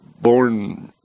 born